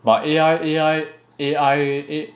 but A_I A_I A_I A